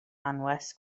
anwes